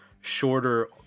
shorter